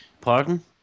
Pardon